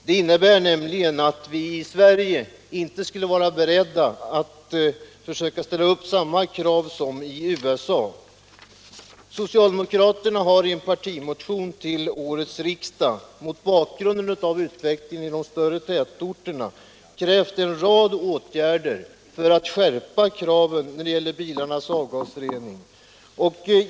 Det innebär nämligen att vi i Sverige inte skulle vara beredda att försöka ställa upp samma krav som i USA. Socialdemokraterna har i en partimotion till årets riksdag mot bakgrund av utvecklingen i de större tätorterna föreslagit en rad åtgärder för att skärpa kraven när det gäller bilarnas avgasrening.